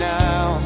now